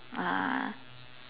uh